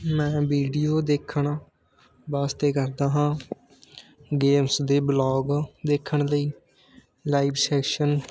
ਮੈਂ ਵੀਡੀਓ ਦੇਖਣ ਵਾਸਤੇ ਕਰਦਾ ਹਾਂ ਗੇਮਸ ਦੇ ਬਲੋਗ ਦੇਖਣ ਲਈ ਲਾਈਵ ਸੈਸ਼ਨ